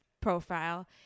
profile